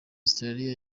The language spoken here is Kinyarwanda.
australia